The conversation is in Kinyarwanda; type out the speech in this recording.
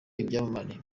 ibyamamare